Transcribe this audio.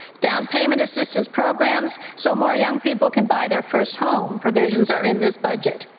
down payment assistance programs so more young people can buy their first home provisions are in this budget.